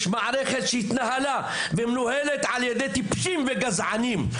יש מערכת שמתנהלת ומנוהלת על ידי טיפשים וגזענים.